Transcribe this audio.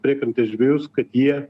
priekrantės žvejus kad jie